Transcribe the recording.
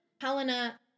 Helena